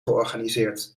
georganiseerd